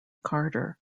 carter